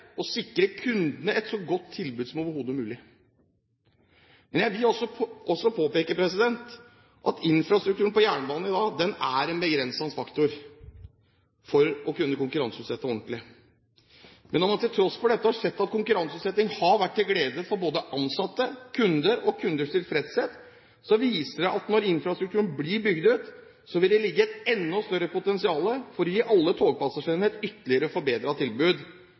å sikre kundene et så godt tilbud som overhodet mulig. Men jeg vil også påpeke at infrastrukturen på jernbanen i dag er en begrensende faktor for å kunne konkurranseutsette ordentlig. Men når man til tross for dette har sett at konkurranseutsetting har vært til glede for både ansatte og kunder og vært til kunders tilfredshet, viser det at når infrastrukturen blir bygd ut, vil det ligge et enda større potensial for å gi alle togpassasjerene et ytterligere forbedret tilbud